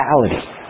reality